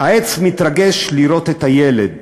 העץ מתרגש לראות את הילד